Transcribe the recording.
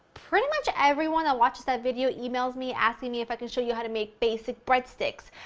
pretty much everyone that watches that video emails me asking me if i can show you how to make basic breadsticks,